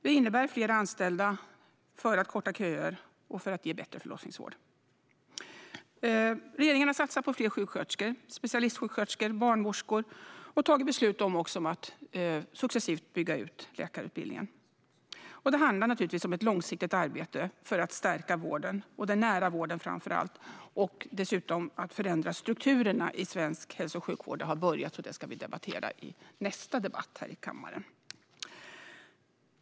Det innebär fler anställda, förkortade köer och bättre förlossningsvård Regeringen har satsat på fler sjuksköterskor, specialistsjuksköterskor, barnmorskor och fattat beslut om att successivt bygga ut läkarutbildningen. Det handlar naturligtvis om ett långsiktigt arbete för att stärka vården, framför allt den nära vården. Dessutom har man börjat förändra strukturerna i svensk hälso och sjukvård, och det ska vi debattera i nästa ärende här i kammaren.